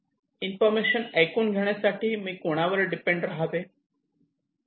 information ऐकूण घेण्यासाठी मी कोणावर डिपेंड रहावे